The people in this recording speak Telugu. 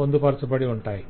పొందుపరచబడి ఉంటాయి